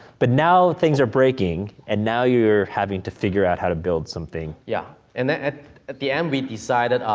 but now things are breaking, and now you're having to figure out how to build something. yeah, and at at the end we decided,